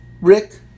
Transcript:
Rick